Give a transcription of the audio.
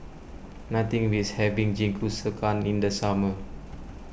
nothing beats having Jingisukan in the summer